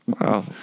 Wow